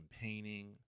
painting